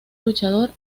luchador